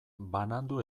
banandu